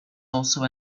also